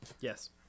Yes